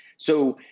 so,